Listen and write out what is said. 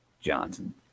Johnson